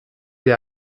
wir